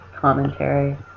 commentary